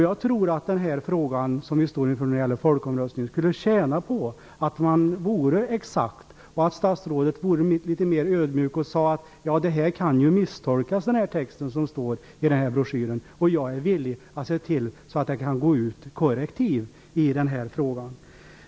Jag tror att den fråga som vi står inför i folkomröstningen skulle gagnas av om man vore exakt och om statsrådet vore litet mer ödmjuk och exempelvis sa: Den text som står i broschyren kan kanske misstolkas, och jag är villig att se till att det går ut korrektiv i denna fråga.